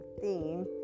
theme